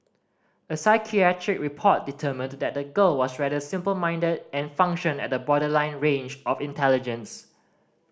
a psychiatric report determined that the girl was rather simple minded and functioned at the borderline range of intelligence